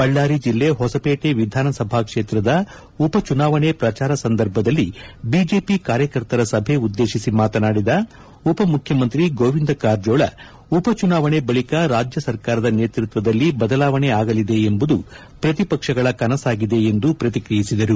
ಬಳ್ಳಾರಿ ಜೆಲ್ಲೆ ಹೊಸಪೇಟೆ ವಿಧಾನಸಭಾ ಕ್ಷೇತ್ರದ ಉಪಚುನಾವಣೆ ಪ್ರಚಾರ ಸಂದರ್ಭದಲ್ಲಿ ಬಿಜೆಪಿ ಕಾರ್ಯಕರ್ತರ ಸಭೆ ಉದ್ದೇತಿಸಿ ಮಾತನಾಡಿದ ಉಪಮುಖ್ಯಮಂತ್ರಿ ಗೋವಿಂದ ಕಾರಜೋಳ ಉಪಚುನಾವಣೆ ಬಳಿಕ ರಾಜ್ಯ ಸರ್ಕಾರದ ನೇತೃತ್ವದಲ್ಲಿ ಬದಲಾವಣೆ ಆಗಲಿದೆ ಎಂಬುದು ಪ್ರತಿಪಕ್ಷಗಳ ಕನಸಾಗಿದೆ ಎಂದು ಪ್ರತಿಕ್ರಿಯಿಸಿದರು